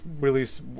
release